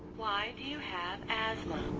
why do you have asthma?